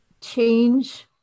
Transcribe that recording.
Change